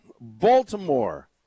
Baltimore